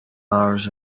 hours